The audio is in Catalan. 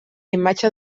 imatge